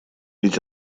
ведь